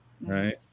right